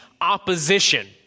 opposition